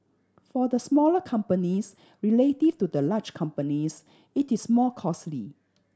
for the smaller companies relative to the large companies it is more costly